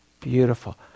beautiful